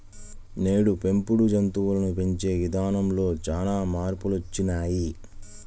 నేడు పెంపుడు జంతువులను పెంచే ఇదానంలో చానా మార్పులొచ్చినియ్యి